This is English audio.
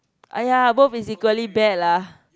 !aiya! both is equally bad lah